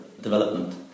development